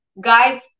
Guys